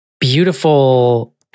beautiful